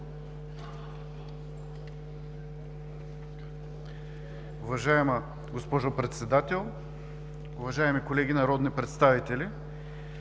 Уважаема госпожо Председател, уважаеми колеги народни представители!